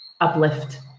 uplift